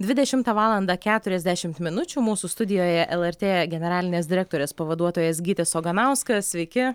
dvidešimtą valandą keturiasdešimt minučių mūsų studijoje lrt generalinės direktorės pavaduotojas gytis oganauskas sveiki